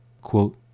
Quote